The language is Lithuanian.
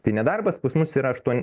tai nedarbas pas mus yra aštuon